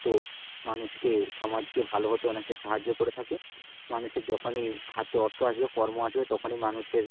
তো মানুষকে সমাজকে ভালো হতে অনেকটা সাহায্য করে থাকে মানুষের যখনই হাতে অর্থ আসবে কর্ম আসবে তখনই মানুষের